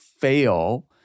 fail